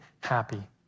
happy